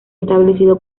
establecido